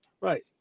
Right